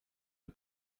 der